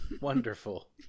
Wonderful